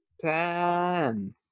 ten